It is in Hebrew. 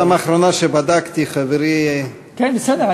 פעם אחרונה שבדקתי, חברי, כן, בסדר.